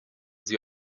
sie